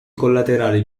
collaterali